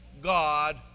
God